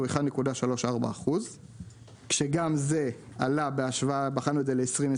הוא 3.4%. בחנו את זה מול 2020,